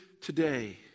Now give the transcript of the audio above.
today